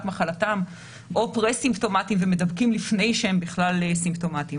מחלתם או פרה-סימפטומטיים ומדבקים לפני שהם בכלל סימפטומטיים,